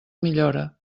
millora